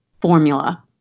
formula